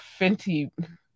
Fenty